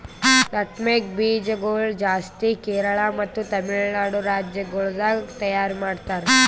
nutmeg ಬೀಜ ಗೊಳ್ ಜಾಸ್ತಿ ಕೇರಳ ಮತ್ತ ತಮಿಳುನಾಡು ರಾಜ್ಯ ಗೊಳ್ದಾಗ್ ತೈಯಾರ್ ಮಾಡ್ತಾರ್